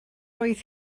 oedd